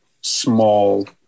small